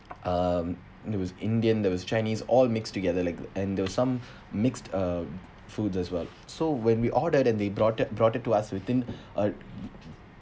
um there was indian there was chinese all mixed together like and there were some mixed uh food as well so when we ordered and they brought it brought it to us within uh